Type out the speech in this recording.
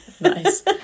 nice